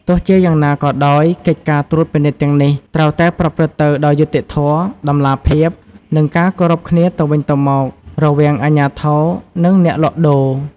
ទោះជាយ៉ាងណាក៏ដោយ កិច្ចការត្រួតពិនិត្យទាំងនេះ ត្រូវតែប្រព្រឹត្តទៅដោយយុត្តិធម៌ តម្លាភាព និងការគោរពគ្នាទៅវិញទៅមក រវាងអាជ្ញាធរ និងអ្នកលក់ដូរ។